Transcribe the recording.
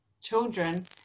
children